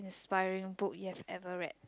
inspiring book you've ever read